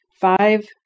five